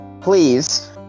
Please